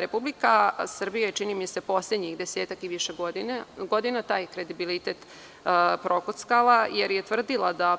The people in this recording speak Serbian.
Republika Srbije je, čini mi se, poslednjih desetak i više godina taj kredibilitet prokockala jer je tvrdila da